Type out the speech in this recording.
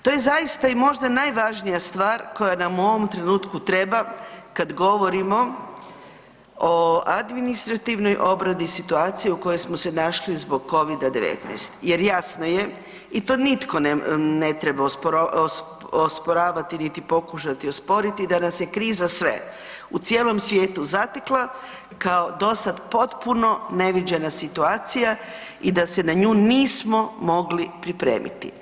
To je zaista i možda najvažnija stvar koja nam u ovom trenutku treba kad govorimo o administrativnoj obradi situacije u kojoj smo se našli zbog COVID-19 jer jasno je i to nitko ne treba osporavati niti pokušati osporiti, danas je kriza sve u cijelom svijetu zatekla, kao dosad potpuno neviđena situacija i da se na nju nismo mogli pripremiti.